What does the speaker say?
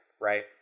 right